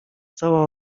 cała